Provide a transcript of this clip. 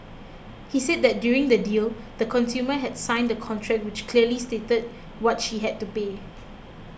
he said that during the deal the consumer had signed a contract which clearly stated what she had to pay